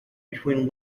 between